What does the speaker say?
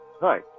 Hi